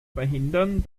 verhindern